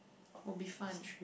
will be fun